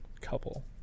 couple